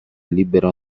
libero